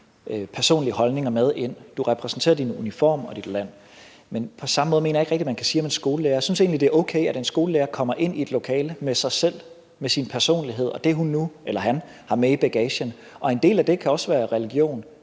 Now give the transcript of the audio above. personlige holdninger med ind; du repræsenterer din uniform og dit land – men det samme mener jeg ikke rigtig man kan sige om en skolelærer. Jeg synes egentlig, det er okay, at en skolelærer kommer ind i et lokale med sig selv og sin personlighed og det, hun eller han nu har med i bagagen, og en del af det kan også være religion.